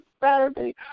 Saturday